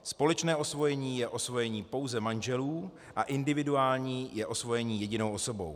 Společné osvojení je osvojení pouze manželů a individuální je osvojení jedinou osobou.